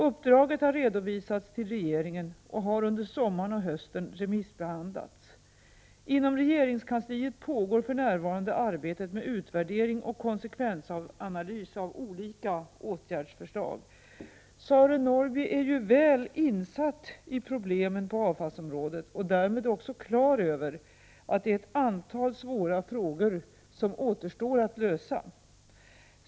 Uppdraget har redovisats till regeringen och har under sommaren och hösten remissbehandlats. Inom regeringskansliet pågår för närvarande arbetet med utvärdering och konsekvensanalys av olika åtgärdsförslag. Sören Norrby är ju väl insatt i problemen på avfallsområdet och därmed också klar över att det är ett antal svåra frågor som måste lösas.